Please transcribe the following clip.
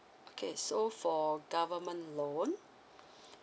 okay so for government loan